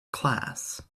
class